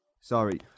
Sorry